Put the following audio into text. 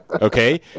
Okay